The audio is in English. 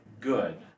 good